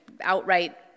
outright